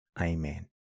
Amen